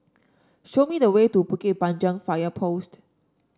show me the way to Bukit Panjang Fire Post